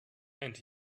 and